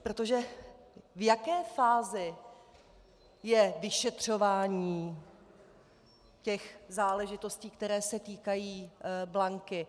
Protože v jaké fázi je vyšetřování těch záležitostí, které se týkají Blanky?